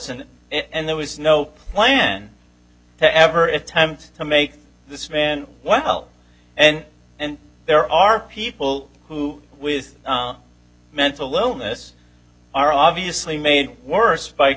d and there was no plan to ever attempt to make this man well and and there are people who with mental illness are obviously made worse b